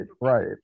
right